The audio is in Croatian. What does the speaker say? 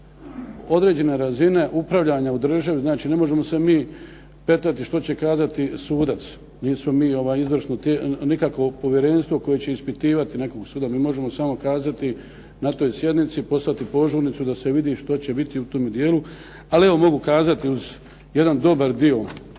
određene razine upravljanja u državi, znači ne možemo se mi petljati što će kazati sudac. Nismo mi nikakvo povjerenstvo koje će ispitivati nekog suda, mi možemo samo kazati na toj sjednici, poslati požurnicu da se vidi što će biti u tome dijelu, ali evo mogu kazati uz jedan dobar dio